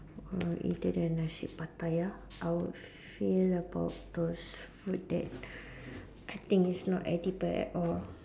uh either the Nasi Pattaya I would feel about those food that I think it's not edible at all